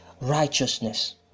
righteousness